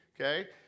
okay